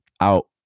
out